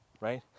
right